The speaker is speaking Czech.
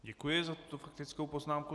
Děkuji za tuto faktickou poznámku.